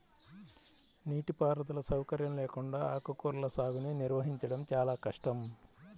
నీటిపారుదల సౌకర్యం లేకుండా ఆకుకూరల సాగుని నిర్వహించడం చాలా కష్టం